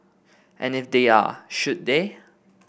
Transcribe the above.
and if they are should they